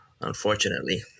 Unfortunately